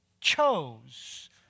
chose